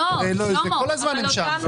כל הזמן הן שם.